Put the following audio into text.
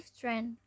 trend